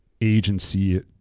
agency